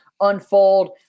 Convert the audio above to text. unfold